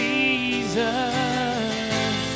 Jesus